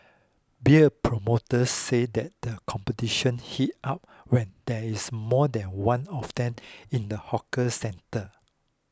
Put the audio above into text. beer promoters say that the competition heat up when there is more than one of them in the hawker centre